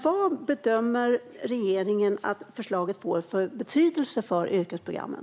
Vad bedömer regeringen att förslaget får för betydelse för yrkesprogrammen?